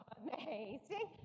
amazing